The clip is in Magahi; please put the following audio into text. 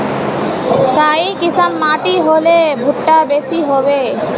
काई किसम माटी होले भुट्टा बेसी होबे?